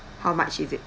how much is it